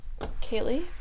Kaylee